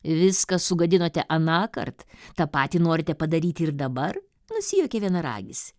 viską sugadinote anąkart tą patį norite padaryti ir dabar nusijuokė vienaragis